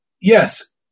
Yes